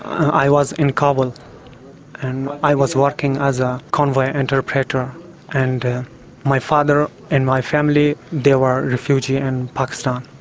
i was in kabul and i was working as a convoy interpreter and my father and my family, they were refugees in pakistan,